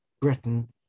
Britain